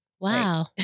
Wow